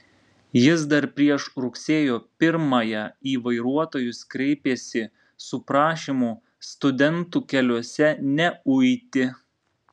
jis dar prieš rugsėjo pirmąją į vairuotojus kreipėsi su prašymu studentų keliuose neuiti